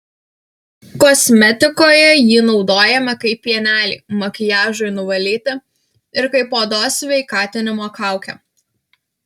kosmetikoje jį naudojame kaip pienelį makiažui nuvalyti ir kaip odos sveikatinimo kaukę